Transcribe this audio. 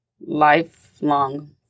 lifelong